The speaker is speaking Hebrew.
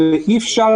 ואי אפשר